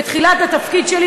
בתחילת התפקיד שלי,